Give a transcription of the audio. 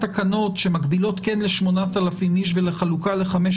התקנות שמגבילות כן ל-8,000 איש ולחלוקה ל-15